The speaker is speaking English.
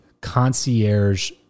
concierge